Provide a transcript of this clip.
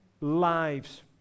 lives